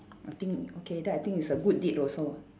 I think okay that I think is a good deed also